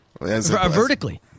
Vertically